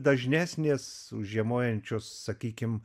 dažnesnės už žiemojančius sakykim